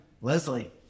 Leslie